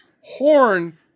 horn